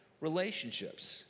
relationships